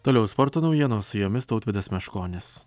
toliau sporto naujienos su jumis tautvydas meškonis